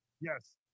Yes